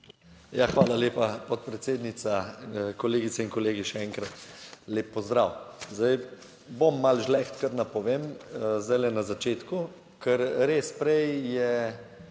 hvala lepa podpredsednica. Kolegice in kolegi, še enkrat lep pozdrav. Zdaj bom malo žleht, kar napovem zdajle na začetku, ker res prej je